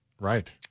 right